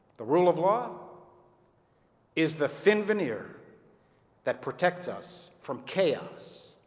the rule of law is the thin veneer that protects us from chaos,